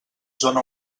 zona